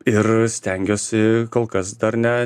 ir stengiuosi kol kas dar ne